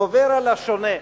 גובר על השונה.